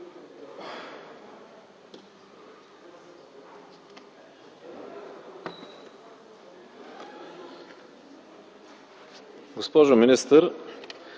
Госпожо министър,